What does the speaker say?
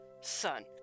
Son